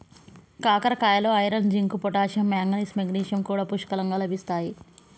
కాకరకాయలో iron, zinc, potassium, manganese, magnesium కూడా పుష్కలంగా లభిస్తాయి